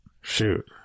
shoot